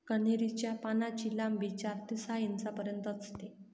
कन्हेरी च्या पानांची लांबी चार ते सहा इंचापर्यंत असते